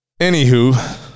anywho